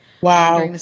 Wow